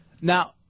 Now